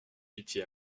pitié